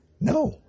No